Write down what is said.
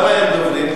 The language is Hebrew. למה אין דוברים?